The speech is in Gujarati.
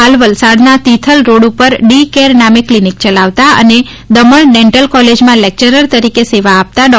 હાલ વલસાડના તિથલ રોડ ઉપર ડી કેર નામે ક્લિનિક ચલાવતી અને દમણ ડેન્ટલ ક્રોલેજમાં લેક્યરર તરીકે સેવા આપતી ડૉ